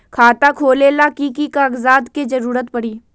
खाता खोले ला कि कि कागजात के जरूरत परी?